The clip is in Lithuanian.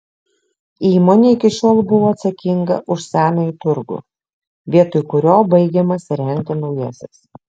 įmonė iki šiol buvo atsakinga už senąjį turgų vietoj kurio baigiamas įrengti naujasis